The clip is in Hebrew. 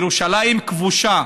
ירושלים כבושה,